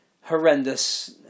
horrendous